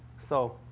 so,